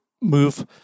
move